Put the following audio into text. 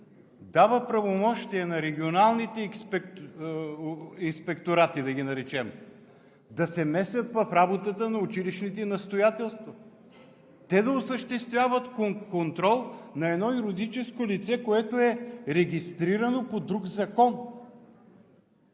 дава правомощия на регионалните инспекторати да ги наречем да се месят в работата на училищните настоятелства, те да осъществяват контрол на едно юридическо лице, което е регистрирано по друг закон.